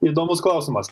įdomus klausimas